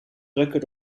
drukken